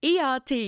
ERT